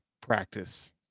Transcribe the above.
Practice